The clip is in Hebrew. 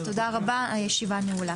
תודה רבה הישיבה נעולה.